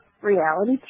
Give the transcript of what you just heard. reality